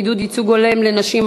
עידוד ייצוג הולם לנשים),